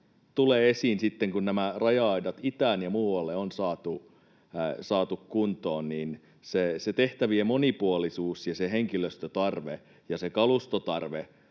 ehkä sitten kun raja-aidat itään ja muualle on saatu kuntoon, tulee esiin se tehtävien monipuolisuus ja se henkilöstötarve ja se kalustotarve.